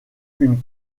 une